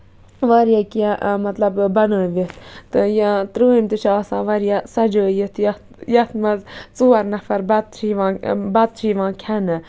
واریاہ کیٚنہہ مطلب بَنٲوِتھ تہٕ یہِ ترٲمۍ تہِ چھےٚ آسان واریاہ کیٚنہہ سَجٲیِتھ یَتھ یَتھ منٛز ژور نَفر بَتہٕ چھِ یِوان بَتہٕ چھِ یِوان کھٮ۪نہٕ